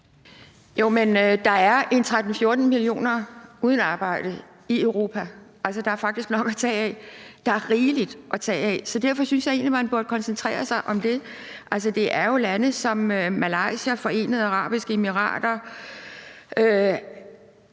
Jo, men der er 13-14 millioner uden arbejde i Europa. Altså, der er faktisk nok at tage af; der er rigeligt at tage af. Så derfor synes jeg egentlig, at man burde koncentrere sig om det. Det er jo lande som Malaysia, Forenede Arabiske Emirater,